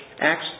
Acts